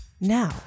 Now